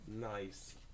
Nice